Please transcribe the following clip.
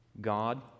God